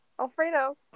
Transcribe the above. Alfredo